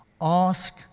ask